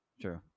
true